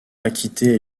acquitté